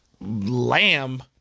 lamb